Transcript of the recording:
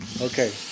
Okay